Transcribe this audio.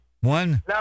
one